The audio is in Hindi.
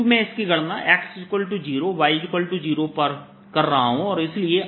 चूंकि मैं इसकी गणनाx0y0 पर कर रहा हूं और इसलिए